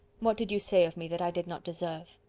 what did you say of me, that i did not deserve?